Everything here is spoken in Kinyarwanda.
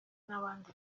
n’abandi